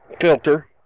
filter